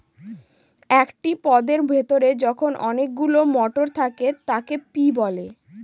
একটি পদের ভেতরে যখন অনেকগুলো মটর থাকে তাকে পি বলে